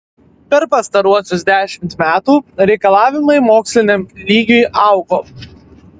per pastaruosius dešimt metų reikalavimai moksliniam lygiui augo